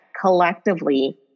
collectively